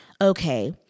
okay